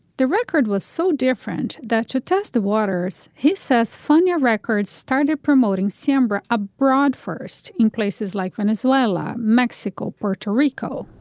the record was so different that you test the waters he says funnier records started promoting sambora abroad first in places like venezuela mexico puerto rico.